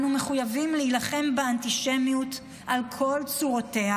אנו מחויבים להילחם באנטישמיות על כל צורותיה,